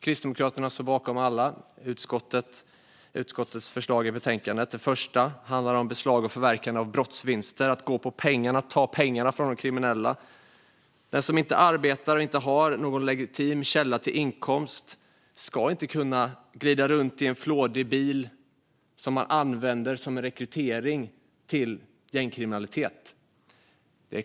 Kristdemokraterna står bakom alla utskottets förslag. Det första handlar om beslag och förverkande av brottsvinster. Man ska gå på pengarna och ta pengarna från de kriminella. Den som inte arbetar och inte har någon legitim källa till inkomst ska inte kunna glida runt i en flådig bil och använda den som rekrytering till gängkriminalitet.